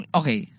okay